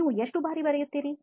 ನೀವು ಎಷ್ಟು ಬಾರಿ ಬರೆಯುತ್ತೀರಿ